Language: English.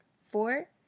four